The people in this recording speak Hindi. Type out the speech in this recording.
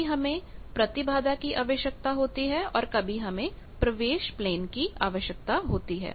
कभी हमें प्रतिबाधा की आवश्यकता भी होती है और कभी हमें प्रवेश प्लेन की आवश्यकता होती है